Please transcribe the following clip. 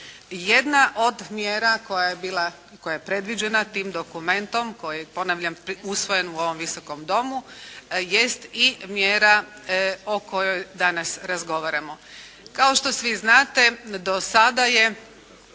koja je bila, koja je predviđena tim dokumentom koji je ponavljam usvojen u ovom Visokom domu jest i mjera o kojoj danas razgovaramo. Kao što svi znate do sada je